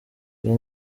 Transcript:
ibi